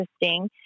interesting